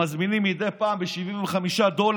מה שאתם מזמינים מדי פעם ב-75 דולר